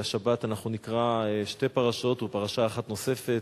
השבת אנחנו נקרא שתי פרשות ופרשה אחת נוספת,